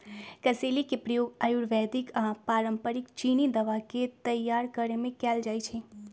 कसेली के प्रयोग आयुर्वेदिक आऽ पारंपरिक चीनी दवा के तइयार करेमे कएल जाइ छइ